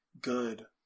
good